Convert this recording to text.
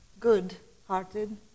good-hearted